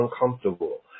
uncomfortable